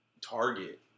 target